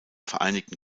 vereinigten